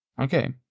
Okay